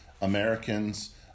Americans